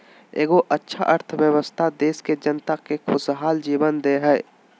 एगो अच्छा अर्थव्यवस्था देश के जनता के खुशहाल जीवन दे हइ